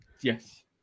Yes